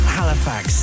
Halifax